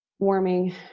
warming